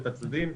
את הצדדים.